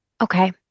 Okay